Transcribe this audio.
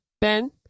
Ben